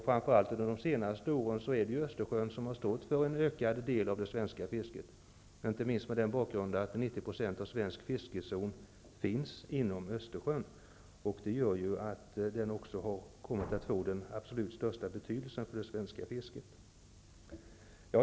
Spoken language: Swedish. Framför allt under de senaste åren är det ju Östersjön som har stått för en ökad del av det svenska fisket, inte minst mot den bakgrunden att 90 % av svensk fiskezon finns inom Östersjön. Det gör att den också har kommit att få den absolut största betydelsen för det svenska fisket.